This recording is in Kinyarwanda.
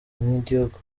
nk’igihugu